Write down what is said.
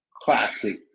classic